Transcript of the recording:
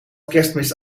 kerstmis